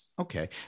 Okay